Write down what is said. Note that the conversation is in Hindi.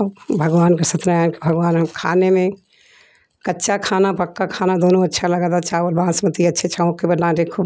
और भगवान का सत्य नारायण का भगवान हम खाने में कच्चा खाना पक्का खाना दोनों अच्छा लगा था चावल बासमती अच्छे छौंक के बना देखो